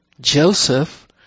Joseph